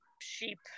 sheep